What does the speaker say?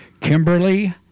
Kimberly